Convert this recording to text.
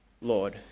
Lord